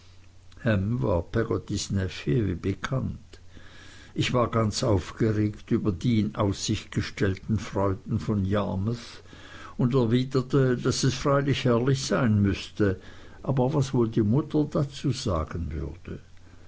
bekannt ich war ganz aufgeregt über die in aussicht gestellten freuden von yarmouth und erwiderte daß es freilich herrlich sein müßte aber was wohl die mutter dazu sagen würde